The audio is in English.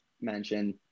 mention